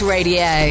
Radio